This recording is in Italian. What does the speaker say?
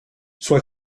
suoi